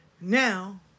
Now